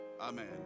Amen